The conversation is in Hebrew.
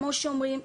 כמו שאומרים,